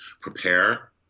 prepare